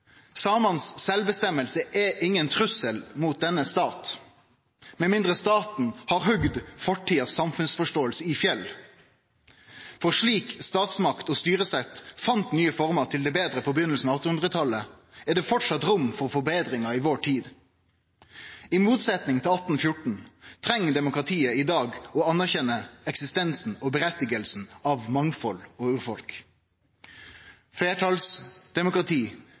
Samanes sjølvråderett er ingen trussel mot denne staten, med mindre staten har hogd fortidas samfunnsforståing i fjell. Slik som statsmakt og styresett fann nye former til det betre på begynninga av 800-talet, er det framleis rom for forbetringar i vår tid. I motsetjing til i 1814 treng demokratiet i dag å anerkjenne eksistensen av og rommet for mangfald og urfolk.